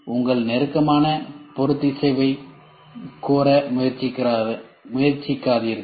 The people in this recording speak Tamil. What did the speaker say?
உங்கள் இறுக்கமான பொறுத்திசைவைக் கோர முயற்சிக்காதீர்கள்